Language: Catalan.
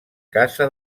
casa